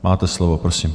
Máte slovo, prosím.